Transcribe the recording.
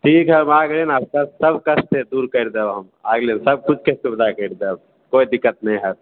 ठीक हए हम आ गेलियै ने आब सब कष्टके दूर करि देब हम आ गेलै सबकिछुके सुविधा करि देब कोइ दिक्कत नहि होएत